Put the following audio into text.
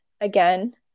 again